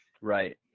right